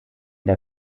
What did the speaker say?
der